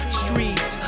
streets